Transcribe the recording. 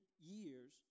years